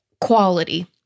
quality